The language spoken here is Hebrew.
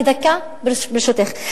רק דקה, ברשותך.